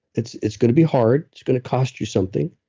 it's it's going to be hard. it's going to cost you something,